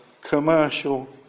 commercial